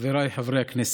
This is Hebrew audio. חבריי חברי הכנסת,